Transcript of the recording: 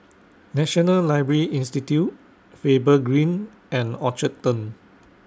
National Library Institute Faber Green and Orchard Turn